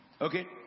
okay